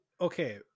okay